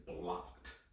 blocked